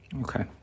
Okay